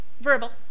verbal